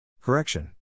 Correction